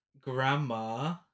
grandma